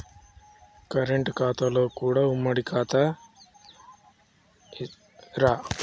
Current ఖాతాలో కూడా ఉమ్మడి ఖాతా ఇత్తరా?